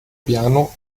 piano